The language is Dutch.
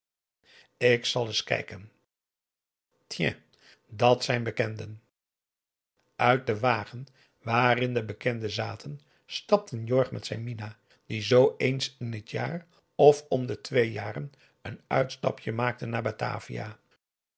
ik zal eens kijken tiens dat zijn bekenden uit den wagen waarin de bekenden zaten stapten jorg met zijn mina die zoo eens in het jaar of om de twee jaren een uitstapje maakten naar batavia